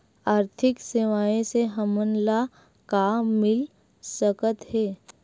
आर्थिक सेवाएं से हमन ला का मिल सकत हे?